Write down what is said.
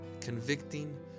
convicting